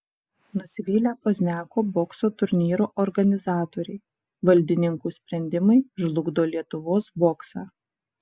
nusivylę pozniako bokso turnyro organizatoriai valdininkų sprendimai žlugdo lietuvos boksą